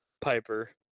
Piper